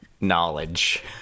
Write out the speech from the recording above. knowledge